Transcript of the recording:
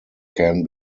can